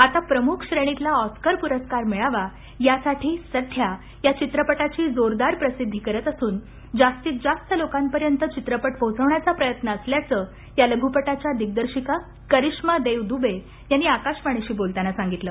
आता प्रमुख श्रेणीतला ऑस्कर पुरस्कार मिळावा यासाठी सध्या चित्रपटाची जोरदार प्रसिद्धी करत असून जास्तीत जास्त लोकांपर्यंत चित्रपट पोहचवण्याचा प्रयत्न असल्याचं या लघुपटाच्या दिग्दर्शिका करिश्मा देव दुबे यांनी आकाशवाणीशी बोलताना सांगितले